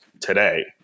today